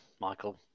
Michael